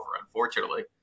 unfortunately